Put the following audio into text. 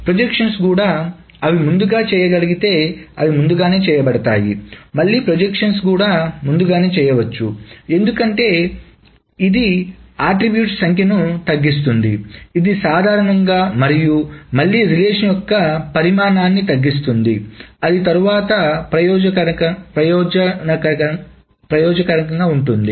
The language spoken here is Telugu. ప్రొజెక్షన్స్ కూడా అవి ముందుగానే చేయగలిగితే అవి ముందుగానే చేయబడతాయి మళ్ళీ ప్రొజెక్షన్స్ కూడా ముందుగానే చేయవచ్చు ఎందుకంటే ఇది అట్ట్రిబ్యూట్స్ సంఖ్యను తగ్గిస్తుంది ఇది సాధారణంగా మరియు మళ్లీ రిలేషన్ యొక్క పరిమాణాన్ని తగ్గిస్తుంది అది తరువాత ప్రయోజనకరం గా ఉంటుంది